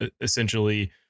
essentially